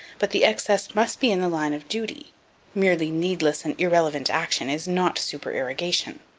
but the excess must be in the line of duty merely needless and irrelevant action is not supererogation.